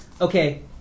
okay